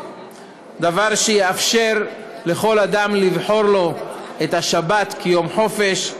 דבר שיאפשר לכל אדם לבחור לו את השבת כיום חופש,